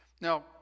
Now